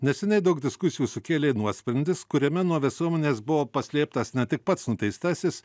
neseniai daug diskusijų sukėlė nuosprendis kuriame nuo visuomenės buvo paslėptas ne tik pats nuteistasis